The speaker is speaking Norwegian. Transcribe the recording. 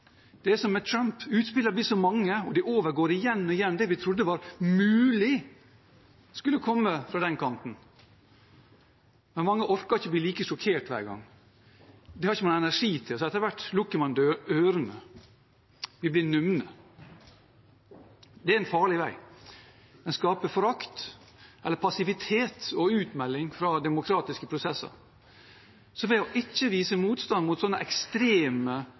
er som med Trump: Utspillene blir så mange, og de overgår igjen og igjen det vi trodde var mulig skulle komme fra den kanten. Men mange orker ikke å bli like sjokkerte hver gang, de har ikke noen energi til det, og etter hvert lukker man ørene. Vi blir numne. Det er en farlig vei. Den skaper forakt, passivitet og utmelding fra demokratiske prosesser. Så ved å ikke vise motstand mot sånne ekstreme